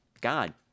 God